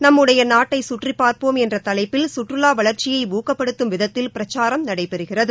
நம்முடைய நாட்டை கற்றிப் பார்ப்போம் என்ற தலைப்பில் கற்றுலா வளர்ச்சியை ஊக்கப்படுத்தும் விதத்தில் பிரச்சாரம் நடைபெறுகிறது